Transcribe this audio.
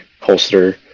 holster